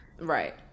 right